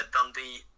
Dundee